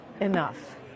enough